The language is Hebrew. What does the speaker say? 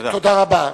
תודה רבה.